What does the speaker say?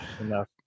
enough